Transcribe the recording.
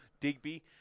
Digby